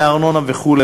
מארנונה וכו',